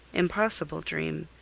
impossible dream,